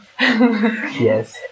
Yes